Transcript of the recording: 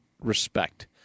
respect